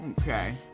Okay